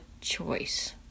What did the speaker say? choice